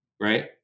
Right